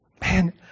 Man